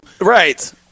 Right